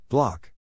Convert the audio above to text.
Block